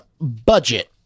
Budget